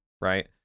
right